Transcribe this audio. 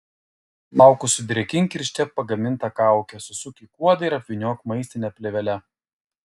plaukus sudrėkink ir ištepk pagaminta kauke susuk į kuodą ir apvyniok maistine plėvele